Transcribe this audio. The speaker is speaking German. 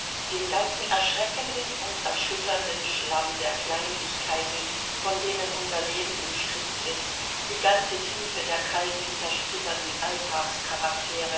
den ganzen erschreckenden und erschütternden schlamm der kleinlichkeiten von denen unser leben umstrickt ist die ganze tiefe der kalten zersplitterten